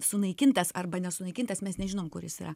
sunaikintas arba nesunaikintas mes nežinom kur jis yra